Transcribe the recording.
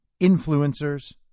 influencers